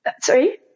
Sorry